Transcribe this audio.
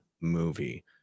movie